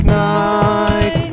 night